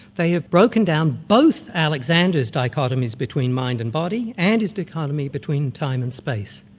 they have broken down both alexander's dichotomies between mind and body and his dichotomy between time and space.